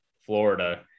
Florida